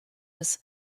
was